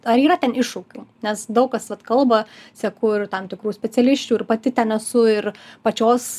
ar yra ten iššūkių nes daug kas vat kalba seku ir tam tikrų specialisčių ir pati ten esu ir pačios